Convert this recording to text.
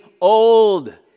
old